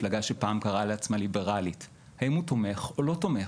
מפלגה שפעם קראה לעצמה ליברלית האם הוא תומך או לא תומך?